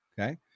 okay